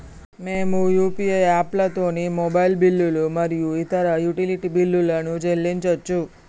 మేము యూ.పీ.ఐ యాప్లతోని మొబైల్ బిల్లులు మరియు ఇతర యుటిలిటీ బిల్లులను చెల్లించచ్చు